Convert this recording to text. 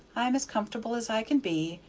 i'm as comfortable as i can be,